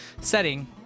setting